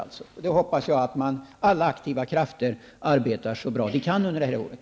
Jag hoppas att alla aktiva krafter arbetar så bra de kan under det här året.